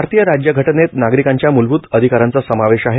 भारतीय राज्यघटनेत नागरिकांच्या मुलभूत अधिकारांचा समावेश आहे